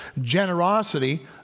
Generosity